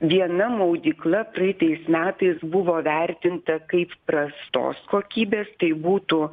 viena maudykla praeitais metais buvo vertinta kaip prastos kokybės tai būtų